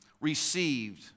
received